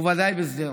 וודאי בשדרות.